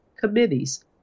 committees